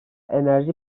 enerji